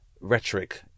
rhetoric